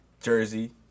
Jersey